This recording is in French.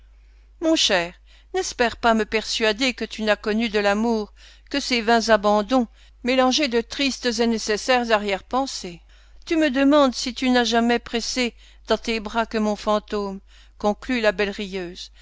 mon cher n'espère pas me persuader que tu n'as connu de l'amour que ces vains abandons mélangés de tristes et nécessaires arrière-pensées tu me demandes si tu n'as jamais pressée dans tes bras que mon fantôme conclut la belle rieuse